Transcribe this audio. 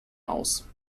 aus